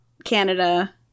canada